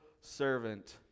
servant